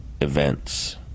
events